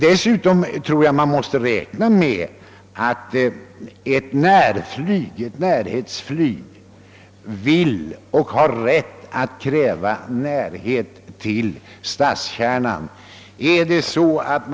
Dessutom tror jag att man måste räkna med att närflyget har rätt att kräva att avståndet mellan flygplatsen och stadskärnan är relativt litet.